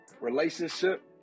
relationship